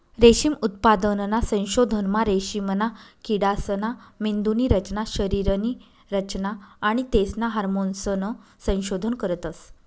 रेशीम उत्पादनना संशोधनमा रेशीमना किडासना मेंदुनी रचना, शरीरनी रचना आणि तेसना हार्मोन्सनं संशोधन करतस